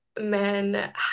men